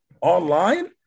online